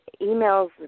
emails